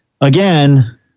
again